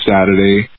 Saturday